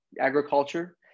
agriculture